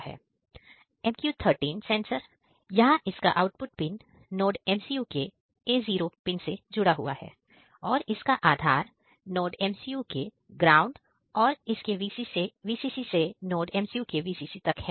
MQ13 sensor यहां इसका output pin NodeMCU के A0 पिन से जुड़ा हुआ है और इसका आधार NodeMCU के ग्राउंड और इसके VCC से NodeMCU के VCC तक है